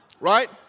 Right